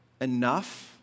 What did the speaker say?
enough